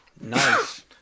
Nice